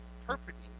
interpreting